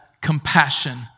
compassion